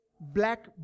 black